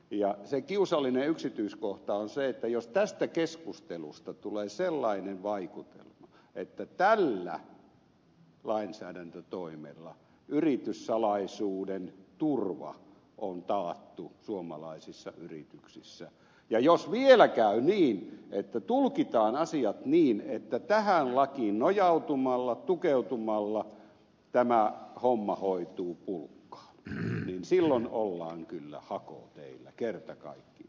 ja se kiusallinen yksityiskohta on se että jos tästä keskustelusta tulee sellainen vaikutelma että tällä lainsäädäntötoimella yrityssalaisuuden turva on taattu suomalaisissa yrityksissä ja jos vielä käy niin että tulkitaan asiat niin että tähän lakiin nojautumalla tukeutumalla tämä homma hoituu pulkkaan niin silloin ollaan kyllä hakoteillä kerta kaikkiaan